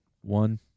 One